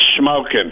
smoking